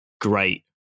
great